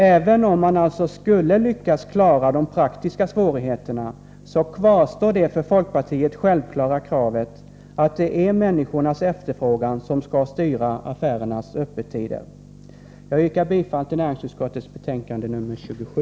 Även om man alltså skulle lyckas klara de praktiska svårigheterna kvarstår det för folkpartiet självklara kravet att det är människornas efterfrågan som skall styra affärernas öppettider. Jag yrkar bifall till hemställan i näringsutskottets betänkande nr 27.